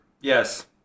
Yes